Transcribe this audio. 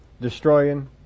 destroying